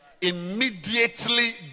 Immediately